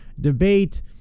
debate